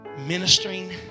Ministering